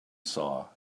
saw